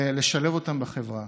לשלב אותם בחברה.